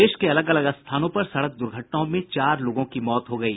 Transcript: प्रदेश के अलग अलग स्थानों पर सड़क दर्घटनाओं में चार लोगों की मौत हो गयी